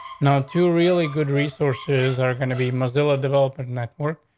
now, two really good resources are gonna be missouri developing network,